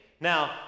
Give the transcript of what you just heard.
Now